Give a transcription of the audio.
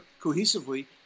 cohesively